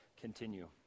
continue